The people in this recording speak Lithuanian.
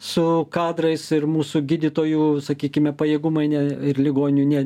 su kadrais ir mūsų gydytojų sakykime pajėgumai ne ir ligoninių ne